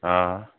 हाँ